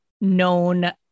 known